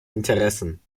interessen